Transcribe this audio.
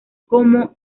como